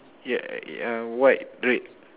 yeah uh white red